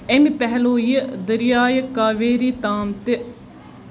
اَمہِ پہلیٛوٗیہِ دٔریایہِ کاویری تام تہِ